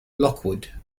lockwood